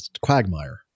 Quagmire